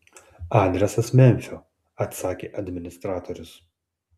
adresas memfio atsakė administratorius